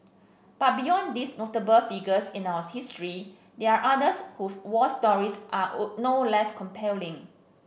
but beyond these notable figures in our history there are others whose war stories are oh no less compelling